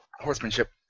Horsemanship